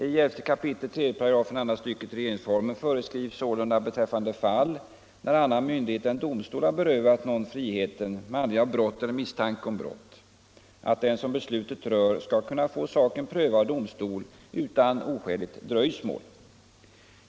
I 11 kap. 3 § andra stycket regeringsformen föreskrivs sålunda beträffande fall när annan myndighet än domstol har berövat någon friheten med anledning av brott eller misstanke om brott, att den som beslutet rör skall kunna få saken prövad av domstol utan oskäligt dröjsmål.